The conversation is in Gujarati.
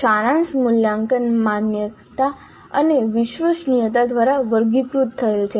સારાંશ મૂલ્યાંકન માન્યતા અને વિશ્વસનીયતા દ્વારા વર્ગીકૃત થયેલ છે